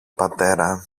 πατέρα